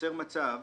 לייצר מצב,